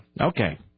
Okay